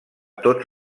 tots